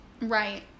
right